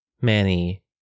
Manny